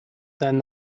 than